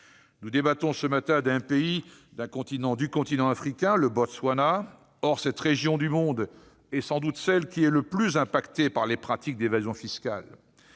Nous débattons ce matin d'un pays du continent africain, le Botswana. Or cette région du monde est sans doute celle qui est le plus affectée par les pratiques d'évasion fiscale.